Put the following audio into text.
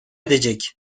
edecek